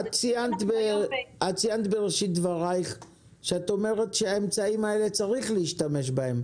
ציינת בראשית דבריך שצריך להשתמש באמצעים הללו,